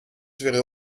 wäre